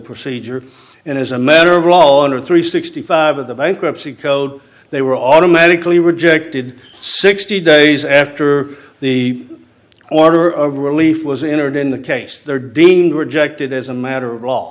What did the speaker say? procedure and as a matter of law under three sixty five of the bankruptcy code they were automatically rejected sixty days after the order of relief was intern in the case they're deemed rejected as a matter